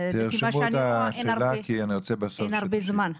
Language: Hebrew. לפי מה שאני רואה, אין הרבה זמן.